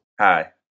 Hi